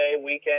weekend